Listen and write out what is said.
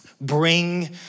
bring